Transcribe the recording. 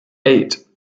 eight